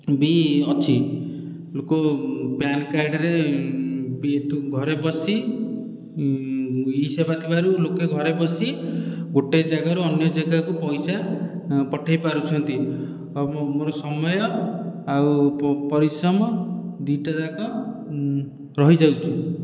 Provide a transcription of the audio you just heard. ବି ଅଛି ଲୋକ ପ୍ୟାନ କାର୍ଡ଼ରେ ଘରେ ବସି ଇ ସେବା ଥିବାରୁ ଲୋକେ ଘରେ ବସି ଗୋଟିଏ ଜାଗାରୁ ଅନ୍ୟ ଜେଗାକୁ ପଇସା ପଠେଇ ପାରୁଛନ୍ତି ଆଉ ମୋର ସମୟ ଆଉ ପରିଶ୍ରମ ଦୁଇଟା ଯାକ ରହିଯାଉଛି